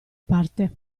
parte